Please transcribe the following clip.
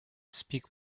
speak